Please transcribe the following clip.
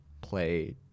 play